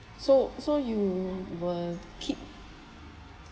so so you will keep